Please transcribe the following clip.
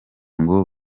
ngo